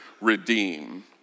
redeem